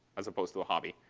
as opposed to a hobby.